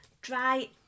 dry